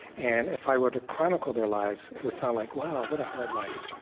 and if i were to chronicle their lives, it would sound like, wow, what a hard life.